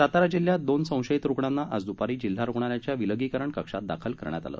सातारा जिल्ह्यात दोम संशयित रुग्णांना आज दुपारी जिल्हा रुग्णालयाच्या विलगीकरण कक्षात दाखल करण्यात आलं